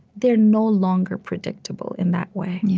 they're no longer predictable in that way.